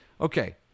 Okay